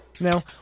Now